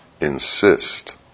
insist